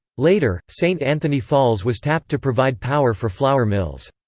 later, saint anthony falls was tapped to provide power for flour mills.